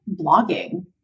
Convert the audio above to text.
blogging